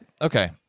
okay